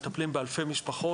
מטפלים באלפי משפחות.